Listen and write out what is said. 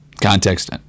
Context